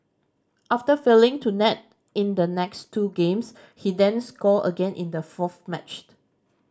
after failing to net in the next two games he then scored again in the fourth matched